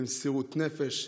למסירות נפש,